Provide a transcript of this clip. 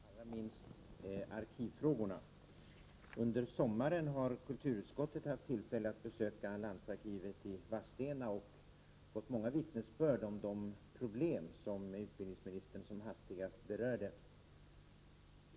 Herr talman! Enligt min mening behöver man aldrig be om ursäkt för att i denna kammare aktualisera kulturfrågor, allra minst arkivfrågorna. Under sommaren har kulturutskottet haft tillfälle att besöka landsarkivet i Vadstena och fått många vittnesbörd om de problem som utbildningsministern som hastigast berörde.